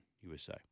USA